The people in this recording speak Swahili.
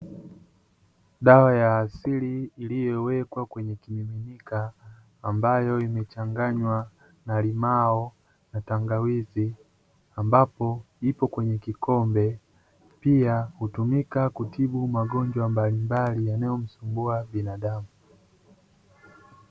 Dawa ya asili iliyowekwa kwenye kimiminika, ambayo imechanganywa na limao na tangawizi ambapo ipo kwenye kikombe. Pia hutumika kutibu magonjwa mbalimbali yanayomsumbua binadamu.